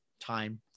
time